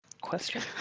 Question